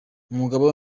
umugabo